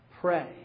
Pray